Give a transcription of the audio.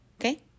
Okay